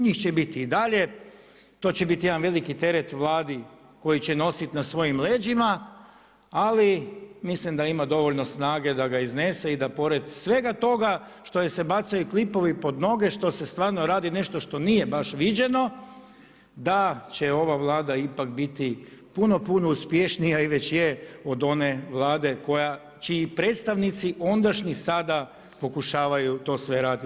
Njih će biti i dalje, to će biti jedan veliki teret Vladi koji će nositi na svojim leđima, ali mislim da ima dovoljno snage da ga iznese i da pored svega toga što joj se bacaju klipovi pod noge, što se stvarno radi nešto što nije baš viđeno, da će ova Vlada ipak biti puno, puno uspješnija i već je od one Vlade čiji predstavnici ondašnjih sada pokušavaju to sve raditi.